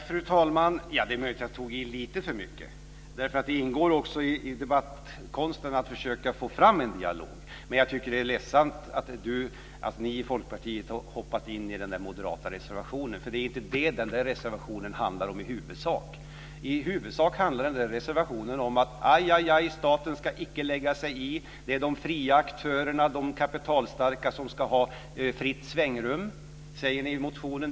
Fru talman! Ja, det är möjligt att jag tog i lite för mycket. Det ingår i debattkonsten också att försöka få fram en dialog. Men jag tycker att det är ledsamt att ni i Folkpartiet har ställt er bakom den moderata reservationen. Det är inte detta som den moderata reservationen i huvudsak handlar om. Den säger väsentligen: Aj, aj, aj! Staten ska icke lägga sig i! Ni säger i motionen att det är de fria och kapitalstarka aktörerna som ska ha fritt svängrum.